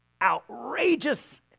outrageous